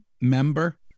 member